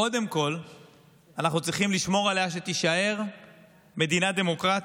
קודם כול אנחנו צריכים לשמור שהיא תישאר מדינה דמוקרטית.